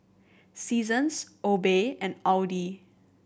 Seasons Obey and Audi